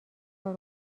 کار